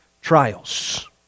trials